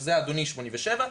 שזה אדוני שקיבל 87,